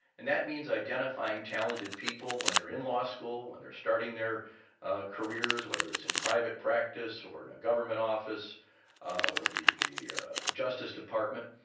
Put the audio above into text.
and that means identifying talented people when they're in law school, when they're starting their ah careers, whether it's in private practice or in a government office or the the justice department,